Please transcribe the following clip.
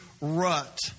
Rut